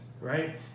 right